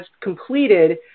completed